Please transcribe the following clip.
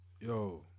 Yo